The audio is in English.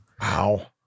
Wow